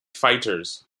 fighters